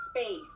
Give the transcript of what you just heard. space